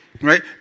Right